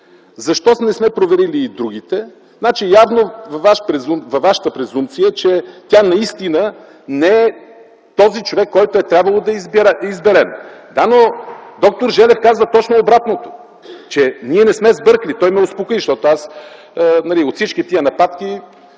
защо не сме проверили и другите – явно във вашата презумпция е, че тя наистина не е този човек, който е трябвало да изберем. Да, но д-р Желев казва точно обратното – че ние не сме сбъркали. Той ме успокои, защото от всички тези нападки